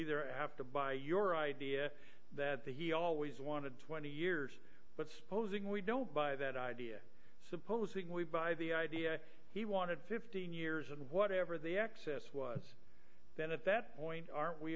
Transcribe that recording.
we there i have to buy your idea that that he always wanted twenty years but supposing we don't buy that idea supposing we buy the idea he wanted fifteen years and whatever the excess was then at that point are